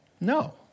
No